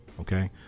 Okay